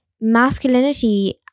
masculinity